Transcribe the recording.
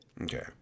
Okay